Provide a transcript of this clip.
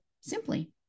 simply